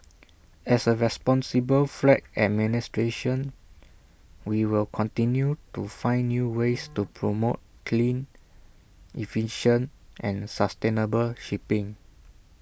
as A responsible flag administration we will continue to find new ways to promote clean efficient and sustainable shipping